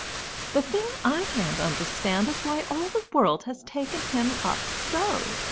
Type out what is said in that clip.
the thing i can't understand is why all the world has taken him up so,